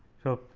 so,